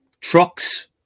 Trucks